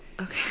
Okay